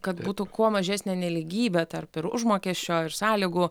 kad būtų kuo mažesnė nelygybė tarp ir užmokesčio ir sąlygų